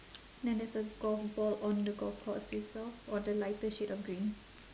then there's a golf ball on the golf course itself on the lighter shade of green